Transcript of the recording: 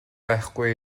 байхгүй